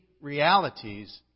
realities